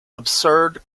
absurd